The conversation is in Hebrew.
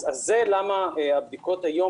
זה למה הבדיקות היום,